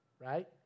right